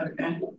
okay